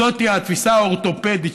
זאת היא התפיסה האורתופדית,